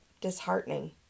disheartening